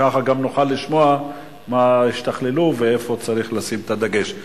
כך גם נוכל לשמוע מה השתכללו ואיפה צריך לשים את הדגש.